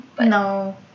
No